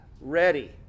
ready